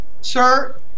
sir